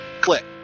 click